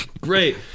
great